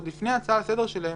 עוד לפני ההצעה שלהם לסדר-היום,